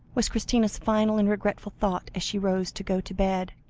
was christina's final and regretful thought, as she rose to go to bed.